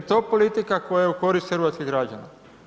to politika koja je u korist hrvatskim građanima.